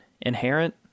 inherent